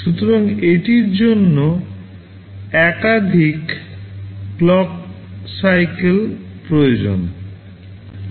সুতরাং এটির জন্য একাধিক clock cycle প্রয়োজন